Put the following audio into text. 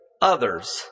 others